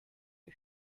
eux